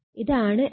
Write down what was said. ഇതാണ് L1